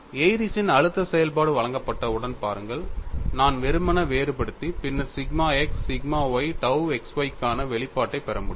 ஏரிஸ்ன் Airy's அழுத்த செயல்பாடு வழங்கப்பட்டவுடன் பாருங்கள் நான் வெறுமனே வேறுபடுத்தி பின்னர் sigma x sigma y tau x y க்கான வெளிப்பாட்டைப் பெற முடியும்